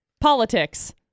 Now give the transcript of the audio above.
politics